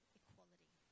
equality